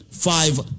five